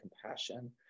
compassion